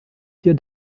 hier